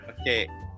okay